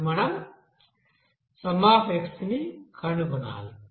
ఇప్పుడు మనం x ని కనుగొనాలి